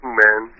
man